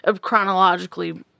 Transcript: chronologically